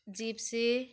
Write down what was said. জীপচী